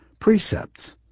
Precepts